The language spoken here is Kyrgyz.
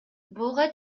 буга